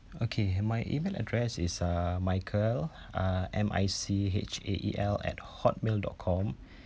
okay my email address is uh michael uh M I C H A E L at hotmail dot com